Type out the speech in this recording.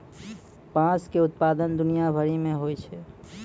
बाँस के उत्पादन दुनिया भरि मे होय छै